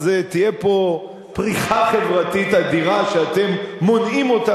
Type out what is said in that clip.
אז תהיה פה פריחה חברתית אדירה שאתם מונעים אותה